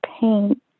pain